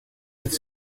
with